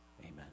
amen